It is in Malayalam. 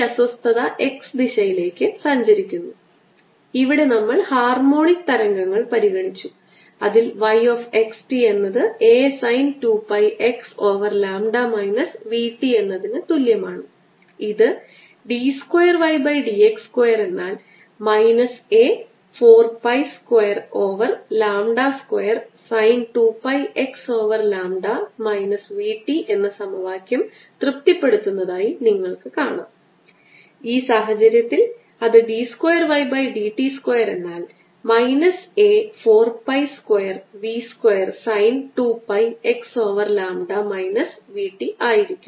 അതിനാൽ നിങ്ങൾക്ക് ലഭിക്കുന്നത് rho ആർ തുല്യമാണ് minus C lambda e raise to minus lambda R ഒരു എപ്സിലോൺ 0 r സ്ക്വയറിനാൽ വിഭജിക്കപ്പെടുന്നു അത് നിങ്ങൾ r 0 ൽ നിന്ന് ദൂരെ ആകുമ്പോൾ കിട്ടുന്ന ചാർജ് ഡെൻസിറ്റി ആണ്